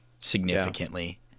significantly